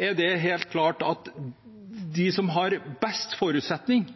er det helt klart at de som har best forutsetning